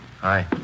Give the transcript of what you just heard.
Hi